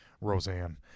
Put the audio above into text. Roseanne